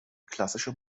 klassische